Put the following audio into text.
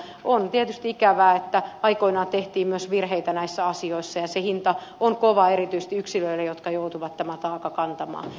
on tietysti ikävää että aikoinaan tehtiin myös virheitä näissä asioissa ja se hinta on kova erityisesti yksilöille jotka joutuvat tämän taakan kantamaan